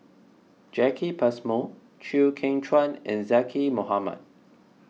Jacki Passmore Chew Kheng Chuan and Zaqy Mohamad